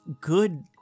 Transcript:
good